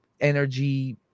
energy